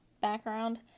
background